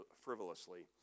frivolously